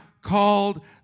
called